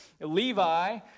Levi